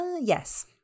Yes